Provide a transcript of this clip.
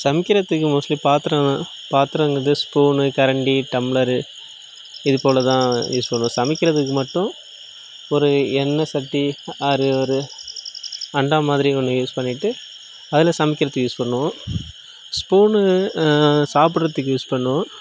சமைக்கிறதுக்கு மோஸ்ட்லி பாத்திரம் பாத்திரங்கிறது ஸ்பூனு கரண்டி டம்ளரு இது போல் தான் யூஸ் பண்ணுவோம் சமைக்கிறதுக்கு மட்டும் ஒரு எண்ணெய் சட்டி ஆர் ஒரு அண்டா மாதிரி ஒன்று யூஸ் பண்ணிவிட்டு அதில் சமைக்கிறதுக்கு யூஸ் பண்ணுவோம் ஸ்பூனு சாப்பிடுறதுக்கு யூஸ் பண்ணுவோம்